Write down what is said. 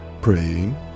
praying